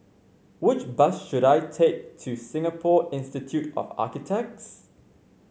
which bus should I take to Singapore Institute of Architects